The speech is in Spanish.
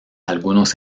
algunos